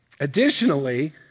Additionally